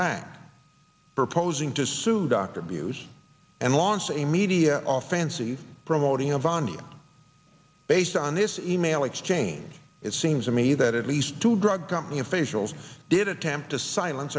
back proposing to sue dr abuse and launched a media all fancy promoting avandia based on this in email exchange it seems to me that at least two drug company officials did attempt to silence